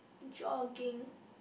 jogging